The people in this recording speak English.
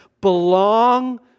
belong